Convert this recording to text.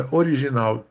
original